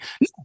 No